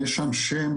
יש שם שם,